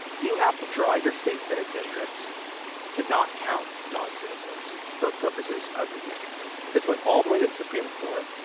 you have to draw your state's senate districts to not count non-citizens for purposes of redistricting. this went all the way to the supreme court.